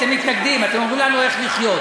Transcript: אתם מתנגדים, אתם אומרים לנו איך לחיות.